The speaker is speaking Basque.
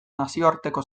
nazioarteko